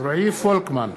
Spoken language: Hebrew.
רועי פולקמן,